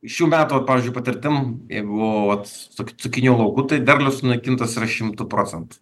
šių metų vat pavyzdžiui patirtim jeigu vat cu cukinijų tai derlius sunaikintas šimtu procentų